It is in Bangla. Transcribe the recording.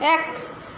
এক